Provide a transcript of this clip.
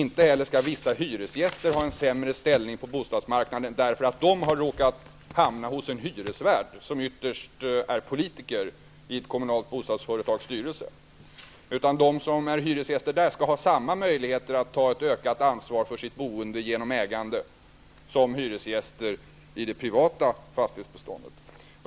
Inte heller skall vissa hyresgäster ha en sämre ställning på bostadsmarknaden därför att de har råkat hamna hos en hyresvärd som ytterst är politiker i ett kommunalt bostadsföretags styrelse. De som är hyresgäster där skall ha samma möjligheter att ta ett ökat ansvar för sitt boende genom ägande som hyresgäster i det privata fastighetsbeståndet.